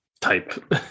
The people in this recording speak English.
type